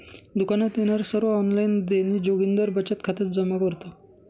दुकानात येणारे सर्व ऑनलाइन देणी जोगिंदर बचत खात्यात जमा करतो